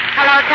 Hello